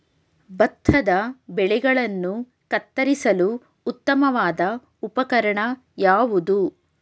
ಭತ್ತದ ಬೆಳೆಗಳನ್ನು ಕತ್ತರಿಸಲು ಉತ್ತಮವಾದ ಉಪಕರಣ ಯಾವುದು?